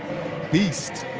beast.